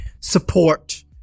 support